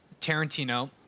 Tarantino